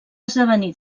esdevenir